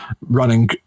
running